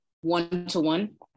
one-to-one